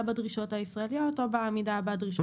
בדרישות הישראליות או עמידה בדרישות האירופאיות.